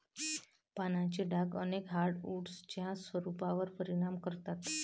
पानांचे डाग अनेक हार्डवुड्सच्या स्वरूपावर परिणाम करतात